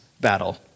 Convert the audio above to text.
Battle